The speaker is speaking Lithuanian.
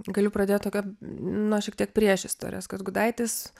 galiu pradėt tokią nuo šiek tiek priešistorės kad gudaitis